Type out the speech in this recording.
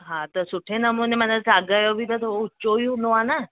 हा त सुठे नमूने माना साॻ जो बि त हो उचो ई हूंदो आहे न